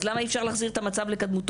אז למה אי אפשר להחזיר את המצב לקדמותו?